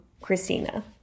Christina